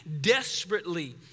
desperately